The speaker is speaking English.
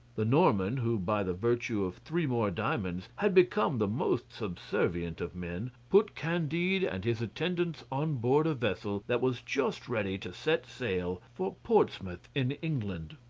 the norman, who by the virtue of three more diamonds had become the most subservient of men, put candide and his attendants on board a vessel that was just ready to set sail for portsmouth in england.